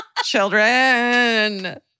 Children